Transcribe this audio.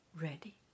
ready